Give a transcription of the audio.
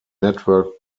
network